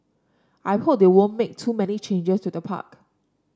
I hope they won't make too many changes to the park